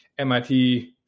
MIT